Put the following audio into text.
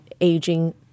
aging